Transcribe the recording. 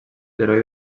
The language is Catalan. heroi